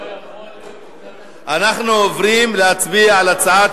תשלול לו את הפנסיה.